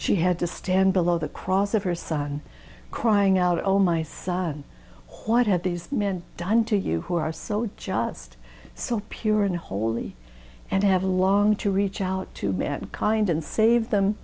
she had to stand below the cross of her son crying out oh my side what have these men done to you who are so just so pure and holy and have long to reach out to mankind and save them